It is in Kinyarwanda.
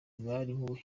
mirimo